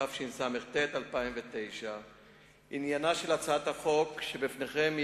התשס"ט 2009. עניינה של הצעת החוק שבפניכם הוא